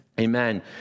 Amen